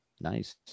Nice